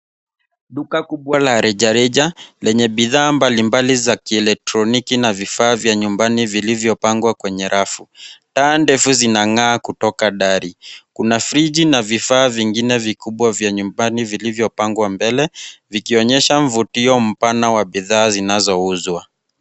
Duka kubwa la rejareja, lenye bidhaa mbalimbali za kieletroniki na vifaa vya nyumbani vilivyopangwa kwenye rafu. Taa ndefu zinang'aa kutoka dari, kuna friji na vifaa vingine vikubwa vya nyumbani vilivyopangwa mbele, vikionyesha mvutio mpana wa bidhaa zinazouzwa.